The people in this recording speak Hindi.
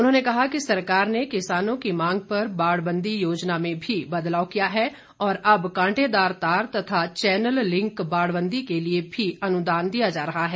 उन्होंने कहा कि सरकार ने किसानों की मांग पर बाड़बंदी योजना में भी बदलाव किया है और अब कांटेदार तार तथा चैनललिंक बाड़बंदी के लिए भी अनुदान दिया जा रहा है